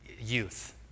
youth